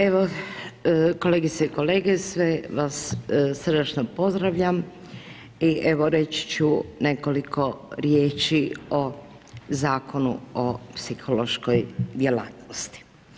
Evo, kolegice i kolege, sve vas srdačno pozdravljam i evo, reći ću nekoliko riječi o Zakonu o psihološkoj djelatnosti.